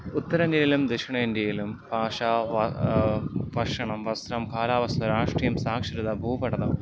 ഉത്തരേന്ത്യയിലും ദക്ഷിണേന്ത്യയിലും ഭാഷ ഭക്ഷണം വസ്ത്രം കാലാവസ്ഥ രാഷ്ട്രീയം സാക്ഷരത ഭൂപഠനം